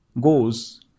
goes